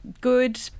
good